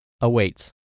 awaits